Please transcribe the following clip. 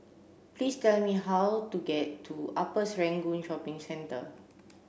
please tell me how to get to Upper Serangoon Shopping Centre